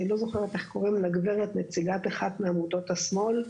לא זוכרת איך קוראים לגברת שהיא נציגת אחת מעמותות השמאל,